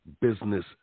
business